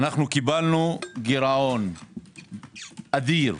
קיבלנו גירעון אדיר.